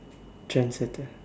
trend setter